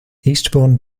eastbourne